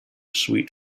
sweet